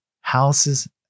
houses